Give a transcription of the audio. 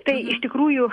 tai iš tikrųjų